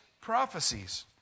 prophecies